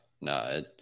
no